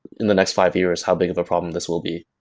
in the next five years, how big of a problem this will be.